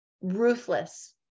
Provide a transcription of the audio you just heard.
ruthless